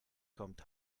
kommt